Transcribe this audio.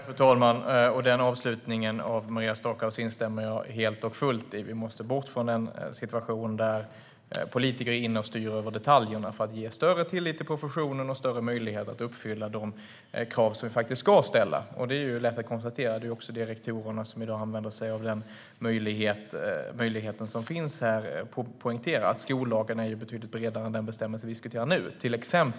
Fru talman! Den avslutningen av Maria Stockhaus instämmer jag helt och fullt i. Vi måste bort från en situation där politiker är inne och styr över detaljerna och ge större tillit till professionen och större möjlighet att uppfylla de krav som vi faktiskt ska ställa. Det är lätt att konstatera att rektorerna i dag använder sig av den möjlighet som finns. Jag vill poängtera att skollagen är betydligt bredare än den bestämmelse som vi nu diskuterar.